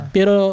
Pero